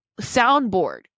soundboard